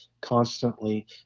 constantly